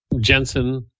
Jensen